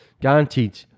guaranteed